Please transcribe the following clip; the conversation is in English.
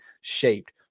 shaped